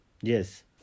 Yes